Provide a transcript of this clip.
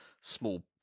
small